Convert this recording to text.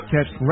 Catch